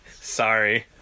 Sorry